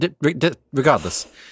regardless